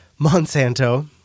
Monsanto